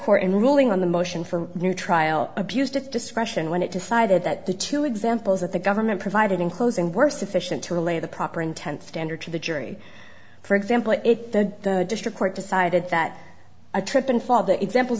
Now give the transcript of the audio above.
ruling on the motion for new trial abused its discretion when it decided that the two examples that the government provided in closing were sufficient to relay the proper intent standard to the jury for example if the district court decided that a trip and fall the examples